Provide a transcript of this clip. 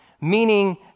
meaning